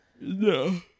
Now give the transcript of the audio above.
No